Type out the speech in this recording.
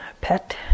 pet